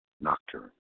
Nocturne